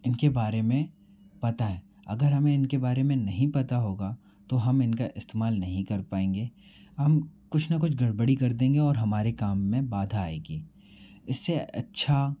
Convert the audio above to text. इनके बारे में पता है अगर हमें इनके बारे में नहीं पता होगा तो हम इनका इस्तेमाल नहीं कर पाएंगे हम कुछ न कुछ गड़बड़ी कर देंगे और हमारे काम में बाधा आएगी इससे अच्छा